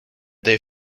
they